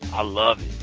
i love